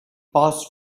paused